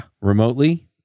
remotely